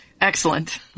Excellent